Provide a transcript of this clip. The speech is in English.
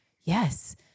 yes